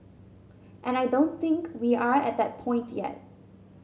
and I don't think we are at that point yet